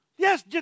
Yes